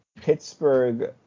Pittsburgh